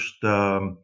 first